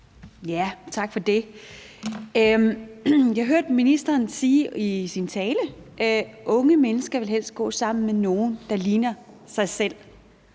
(V): Tak for det. Jeg hørte ministeren sige i sin tale, at unge mennesker helst vil gå sammen med nogle, der ligner dem,